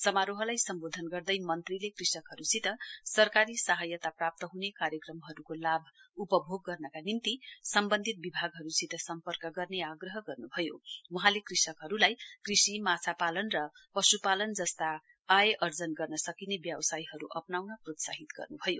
समारोहलाई सम्बोधन गर्दै मन्त्रीले कृषकहरूसित सरकारी सहायता प्राप्त हुने कार्यक्रमहरू लाभ उपभोग गर्नका निम्ति सम्वन्धित विभागहरूसित सम्पर्क गर्ने आग्रह गर्न्भयो वहाँले कृषकहरूलाई कृषि माछापालन र पश्पालन गर्न सकिने व्यावसायहरू अप्नाउन प्रोत्साहित गर्नुभयो